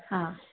ಹಾಂ